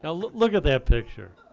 ah look look at that picture.